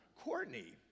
Courtney